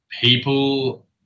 people